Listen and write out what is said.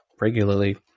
regularly